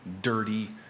dirty